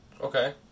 Okay